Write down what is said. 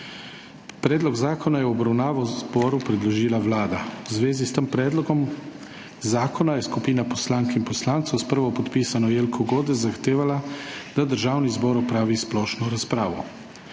Predlog zakona je v obravnavo zboru predložila Vlada. V zvezi s tem predlogom zakona je skupina poslank in poslancev s prvopodpisano Jelko Godec zahtevala, da Državni zbor opravi splošno razpravo.